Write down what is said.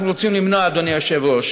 אנחנו רוצים למנוע, אדוני היושב-ראש.